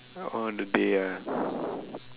all the day ah